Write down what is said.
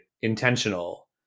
intentional